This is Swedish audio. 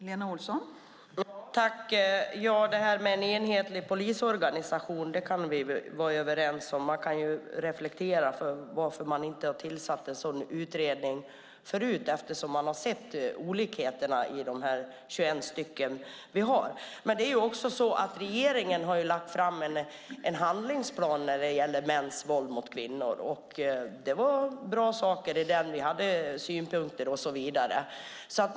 Fru talman! Ja, det här med en enhetlig polisorganisation kan vi väl vara överens om. Man kan ju reflektera över varför man inte har tillsatt en sådan utredning förut, eftersom man har sett olikheterna i de 21 länen. Regeringen har också lagt fram en handlingsplan när det gäller mäns våld mot kvinnor, och det var bra saker i den. Vi hade synpunkter och så vidare.